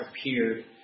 appeared